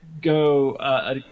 go